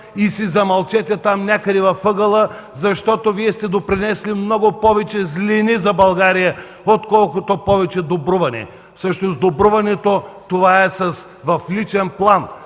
и си замълчете там някъде в ъгъла, защото Вие сте донесли много повече злини на България, отколкото добруване. Всъщност добруването, то е в личен план,